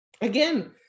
Again